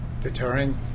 deterring